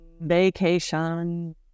Vacation